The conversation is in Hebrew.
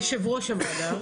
ליושב ראש הוועדה.